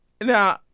Now